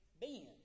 Ben